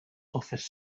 office